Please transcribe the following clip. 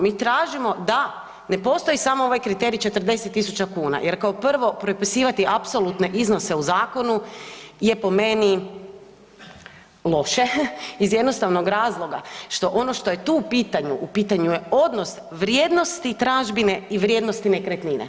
Mi tražimo da ne postoji samo ovaj kriterij 40 tisuća kuna, jer kao puno, prepisivati apsolutne iznose u zakonu je po meni loše, iz jednostavnog razloga što ono što je tu u pitanju, u pitanju je odnos vrijednosti tražbine i vrijednosti nekretnine.